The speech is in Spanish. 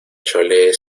chole